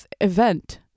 event